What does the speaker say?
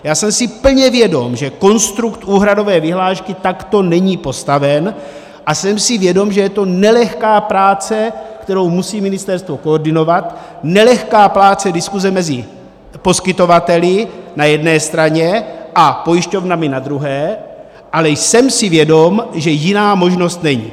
Já jsem si plně vědom, že konstrukt úhradové vyhlášky takto není postaven, a jsem si vědom, že je to nelehká práce, kterou musí ministerstvo koordinovat, nelehká práce diskuse mezi poskytovateli na jedné straně a pojišťovnami na druhé, ale jsem si vědom, že jiná možnost není.